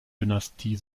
dynastie